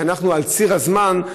כשאנחנו על ציר הזמן,